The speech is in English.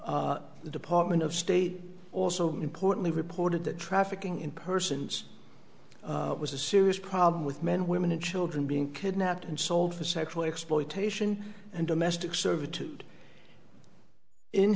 the department of state also importantly reported that trafficking in persons was a serious problem with men women and children being kidnapped and sold for sexual exploitation and domestic servitude in